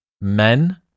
men